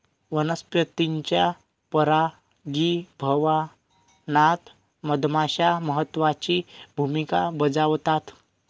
वनस्पतींच्या परागीभवनात मधमाश्या महत्त्वाची भूमिका बजावतात